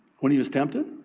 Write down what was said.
when he was tempted?